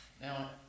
Now